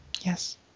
Yes